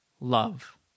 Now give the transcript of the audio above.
love